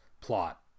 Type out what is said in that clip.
plot